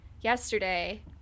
yesterday